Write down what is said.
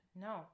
No